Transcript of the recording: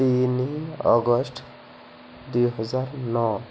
ତିନି ଅଗଷ୍ଟ ଦୁଇହଜାର ନଅ